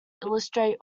illustrate